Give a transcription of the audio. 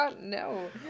No